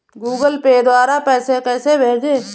Google Pay द्वारा पैसे कैसे भेजें?